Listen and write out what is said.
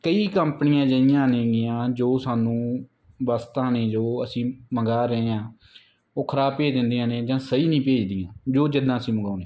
ਕਈ ਕੰਪਨੀਆਂ ਅਜਿਹੀਆਂ ਨੇਗੀਆਂ ਜੋ ਸਾਨੂੰ ਵਸਤਾਂ ਨੇ ਜੋ ਅਸੀਂ ਮੰਗਵਾ ਰਹੇ ਹਾਂ ਉਹ ਖ਼ਰਾਬ ਭੇਜ ਦਿੰਦੀਆਂ ਨੇ ਜਾਂ ਸਹੀ ਨਹੀਂ ਭੇਜਦੀਆਂ ਜੋ ਜਿੱਦਾਂ ਅਸੀਂ ਮੰਗਵਾਉਂਦੇ ਹਾਂ